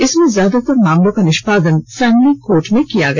इसमें ज्यादातर मामलों का निष्पादन फैमिली कोर्ट में हुआ